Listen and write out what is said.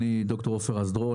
אני ד"ר עופר רז דרור,